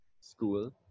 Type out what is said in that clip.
school